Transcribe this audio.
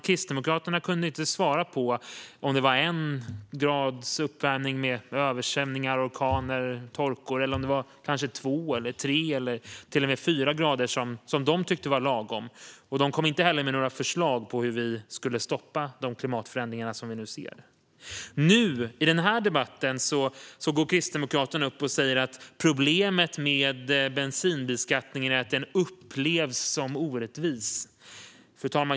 Kristdemokraterna kunde inte svara på om det var en grads uppvärmning - med översvämningar, orkaner och torka - eller om det var två, tre eller kanske till och med fyra grader som de tyckte var lagom. De kom inte heller med några förslag på hur vi ska stoppa de klimatförändringar vi nu ser. Nu, i den här debatten, går Kristdemokraterna upp i talarstolen och säger att problemet med bensinbeskattningen är att den upplevs som orättvis.